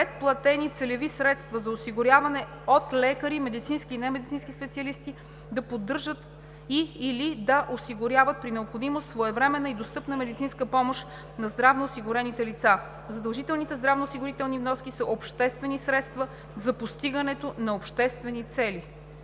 предплатени целеви средства за осигуряване от лекари, медицински и немедицински специалисти да поддържат и/или да осигурят при необходимост своевременна и достъпна медицинска помощ на здравноосигурените лица. Задължителните здравноосигурителни вноски са обществени средства за постигането на обществени цели.“